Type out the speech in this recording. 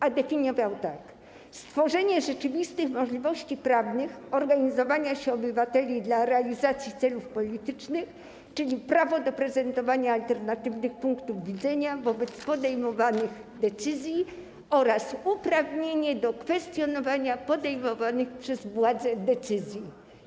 A definiował tak: stworzenie rzeczywistych możliwości prawnych organizowania się obywateli dla realizacji celów politycznych, czyli prawo do prezentowania alternatywnych punktów widzenia wobec podejmowanych decyzji oraz uprawnienie do kwestionowania podejmowanych przez władze decyzji.